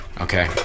okay